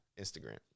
Instagram